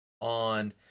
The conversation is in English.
on